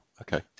okay